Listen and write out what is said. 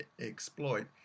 exploit